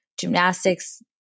gymnastics